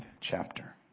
chapter